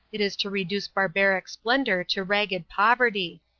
it is to reduce barbaric splendor to ragged poverty.